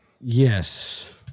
Yes